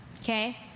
Okay